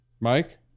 Mike